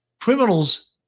criminals